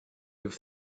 have